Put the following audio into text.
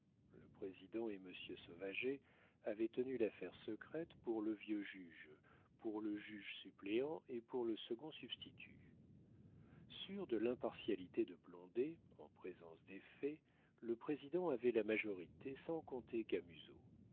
le président et monsieur sauvager avaient tenu l'affaire secrète pour le vieux juge pour le juge suppléant et pour le second substitut sûr de l'impartialité de blondet en présence des faits le président avait la majorité sans compter